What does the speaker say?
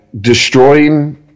destroying